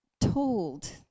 told